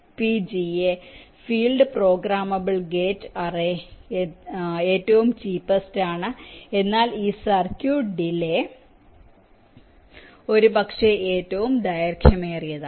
FPGA field programmable gate array ഏറ്റവും cheapest ആണ് എന്നാൽ ഈ സർക്യൂട്ട് ഡിലെ ഒരുപക്ഷേ ഏറ്റവും ദൈർഘ്യമേറിയതാണ്